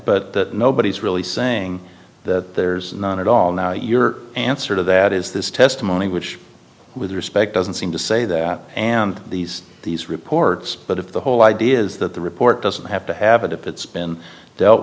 but nobody's really saying that there's none at all now your answer to that is this testimony which with respect doesn't seem to say that and these are these reports but if the whole idea is that the report doesn't have to have a dip it's been dealt